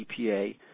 EPA